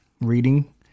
Reading